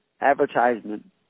advertisement